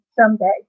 someday